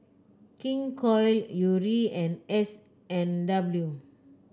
King Koil Yuri and S and W